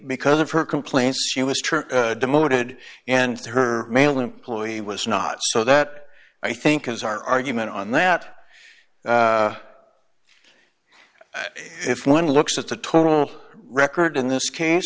because of her complaints she was true demoted and her male employee was not so that i think is our argument on that if one looks at the total record in this case